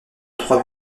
trois